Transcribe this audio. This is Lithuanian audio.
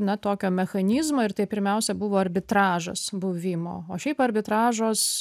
na tokio mechanizmo ir tai pirmiausia buvo arbitražas buvimo o šiaip arbitražos